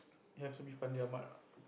it has to be Fandi-Ahmad ah